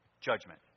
judgment